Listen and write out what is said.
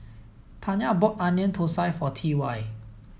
Tanya bought onion Thosai for T Y